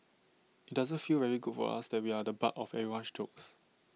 IT doesn't feel very good for us that we're the butt of everyone's jokes